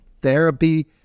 therapy